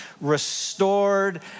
restored